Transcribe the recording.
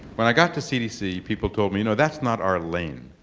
when i got to cdc people told me you know, that's not our lane.